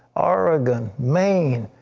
oregon, maine,